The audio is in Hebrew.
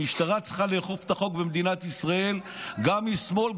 המשטרה צריכה לאכוף את החוק במדינת ישראל גם משמאל,